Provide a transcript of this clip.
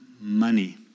money